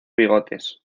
bigotes